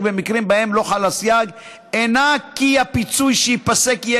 במקרים שבהם לא חל הסייג אינה כי הפיצוי שייפסק יהיה